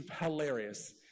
hilarious